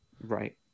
Right